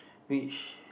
which